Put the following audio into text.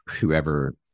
whoever